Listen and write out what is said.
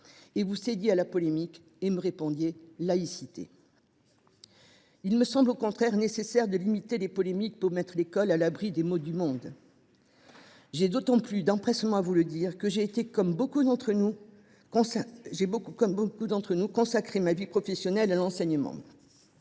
alors cédé à la polémique en me répondant :« Laïcité !» Il me semble au contraire nécessaire de limiter les polémiques pour mettre l’école à l’abri des maux du monde. J’ai d’autant plus d’empressement à vous le dire que j’ai consacré, comme beaucoup d’entre nous ici, ma vie professionnelle à l’enseignement.